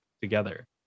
together